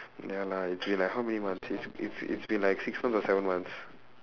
ya lah you see like how many months it's it's it's been like six months or seven months